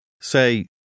Say